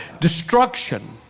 destruction